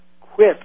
quit